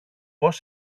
πώς